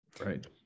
right